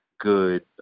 good